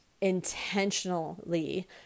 intentionally